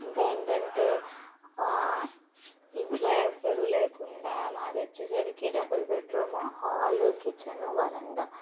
ఇంకా ఏంటంటే ఇంట్లో ఎవ్వరో లేకుండా మాదొచ్చే సరికి double bedroom hall kitchen వరండా